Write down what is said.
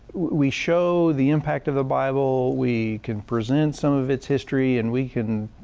we show the impact of the bible. we can present some of its history and we can,